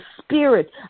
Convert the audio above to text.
spirit